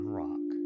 rock